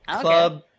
Club